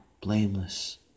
blameless